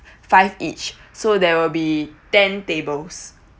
five each so there will be ten tables